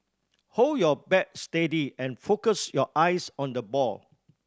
hold your bat steady and focus your eyes on the ball